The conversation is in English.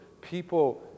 people